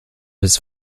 his